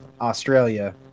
Australia